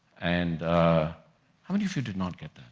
and how many of you did not get